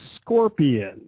scorpion